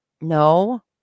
No